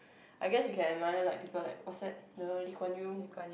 I guess you can admire like people like what's that the Lee-Kuan-Yew